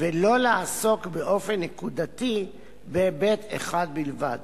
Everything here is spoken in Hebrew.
ולא לעסוק באופן נקודתי בהיבט אחד בלבד.